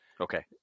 Okay